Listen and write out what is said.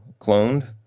cloned